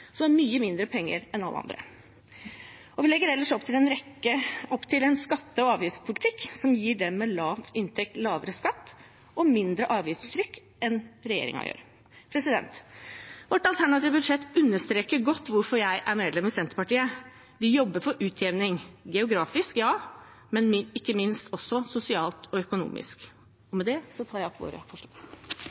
som har mye mindre penger enn alle andre. Vi legger ellers opp til en skatte- og avgiftspolitikk som gir dem med lav inntekt lavere skatt, og som gir mindre avgiftstrykk enn regjeringens. Vårt alternative budsjett understreker godt hvorfor jeg er medlem i Senterpartiet. Vi jobber for utjevning geografisk, men ikke minst sosialt og økonomisk. Med det tar jeg opp